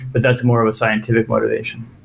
but that's more of a scientific motivation.